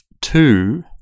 two